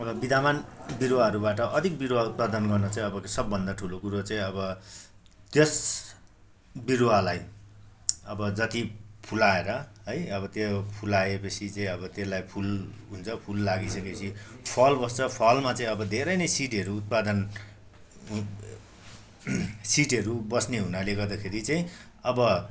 विद्यमान बिरुवाहरूबाट अधिक बिरुवा उत्पादन गर्न चाहिँ अब सबभन्दा ठुलो कुरो चाहिँ अब त्यस बिरुवालाई अब जति फुलाएर है अब त्यो फुलाए पछि चाहिँ अब त्यसलाई फुल हुन्छ फुल लागि पछि फल बस्छ फलमा चाहिँ अब धेरै नै सिडहरू उत्पादन हु सिडहरू बस्ने हुनाले गर्दाखेरि चाहिँ अब